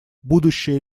будущее